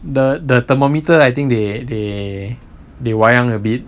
the the thermometer I think they they they wayang a bit